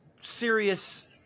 serious